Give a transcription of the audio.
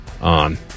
on